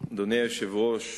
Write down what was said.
אדוני היושב-ראש,